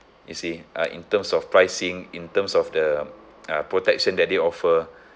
you see uh in terms of pricing in terms of the uh protection that they offer